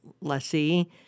lessee